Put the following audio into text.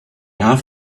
have